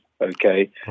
Okay